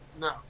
No